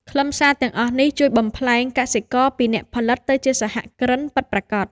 ខ្លឹមសារទាំងអស់នេះជួយបំប្លែងកសិករពីអ្នកផលិតទៅជាសហគ្រិនពិតប្រាកដ។